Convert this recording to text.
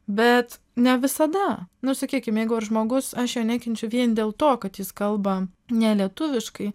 bet ne visada nu sakykim jeigu aš žmogus aš jo nekenčiu vien dėl to kad jis kalba nelietuviškai